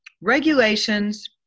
regulations